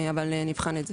אבל נבחן את זה,